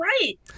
right